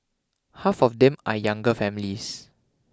half of them are younger families